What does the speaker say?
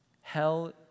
Hell